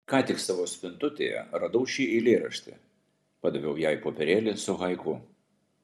ką tik savo spintutėje radau šį eilėraštį padaviau jai popierėlį su haiku